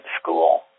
School